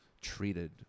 treated